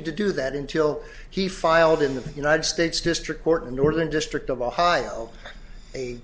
continued to do that until he filed in the united states district court northern district of ohio a